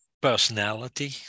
personality